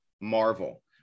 Marvel